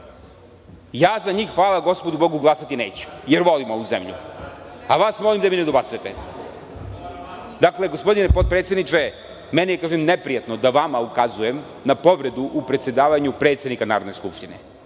za njih hvala gospodu Bogu, glasati neću jer volim ovu zemlju, a vas molim da mi ne dobacujete. Dakle, gospodine potpredsedniče neprijatno mi je da vama ukazujem na povredu u predsedavanju predsednika Narodne skupštine,